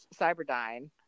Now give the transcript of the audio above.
Cyberdyne